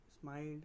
smiled